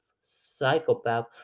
psychopath